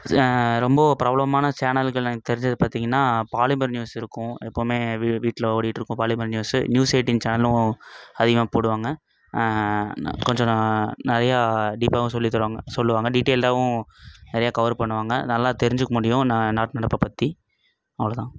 ரொம்ப பிரபலமான சேனல்கள் எனக் தெரிஞ்சது பார்த்திங்கன்னா பாலிமர் நியூஸ் இருக்கும் எப்போவுமே வீ வீட்டில ஓடிகிட்ருக்கும் பாலிமர் நியூஸ் நியூஸ் எய்ட்டின் சேனலும் அதிகமாக போடுவாங்க கொஞ்சம் ந நிறையா டீப்பாகவும் சொல்லி தருவாங்க சொல்லுவாங்க டீட்டெயில்டாகவும் நிறையா கவர் பண்ணுவாங்க நல்லா தெரிஞ்சிக்க முடியும் நான் நாட்டுநடப்பை பற்றி அவ்வளோ தான்